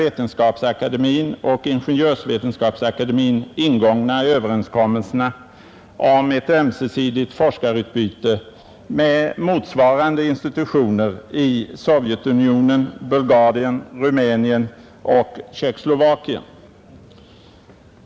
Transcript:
Vetenskapsakademien och Ingenjörsvetenskapsakademien ingångna överenskommelserna om ett ömsesidigt forskarutbyte med motsvarande institutioner i Sovjetunionen, Bulgarien, Rumänien och Tjeckoslovakien.